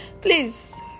Please